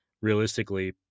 realistically